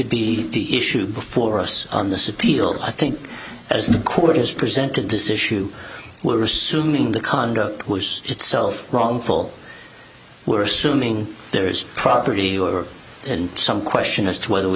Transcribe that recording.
be the issue before us on this appeal i think as the court has presented this issue were assuming the conduct was itself wrongful worsening there's property and some question as to whether we